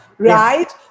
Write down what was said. right